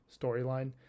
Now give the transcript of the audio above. storyline